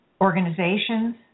organizations